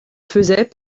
faisait